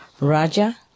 raja